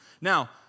Now